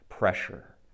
pressure